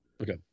okay